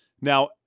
Now